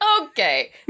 Okay